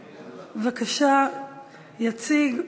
בבקשה, יציג.